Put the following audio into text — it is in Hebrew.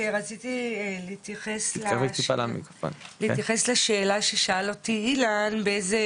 רציתי להתייחס לשאלה ששאל אותי אילן, באיזה